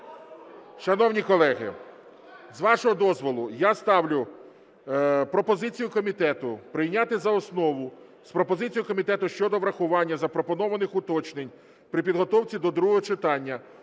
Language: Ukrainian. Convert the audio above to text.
Шановні колеги, з вашого дозволу, я ставлю пропозицію комітету прийняти за основу з пропозицією комітету щодо врахування запропонованих уточнень при підготовці до другого читання,